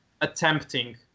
attempting